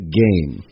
game